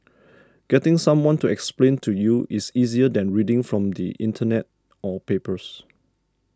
getting someone to explain to you is easier than reading from the Internet or papers